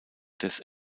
des